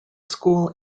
school